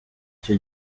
icyo